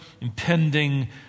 impending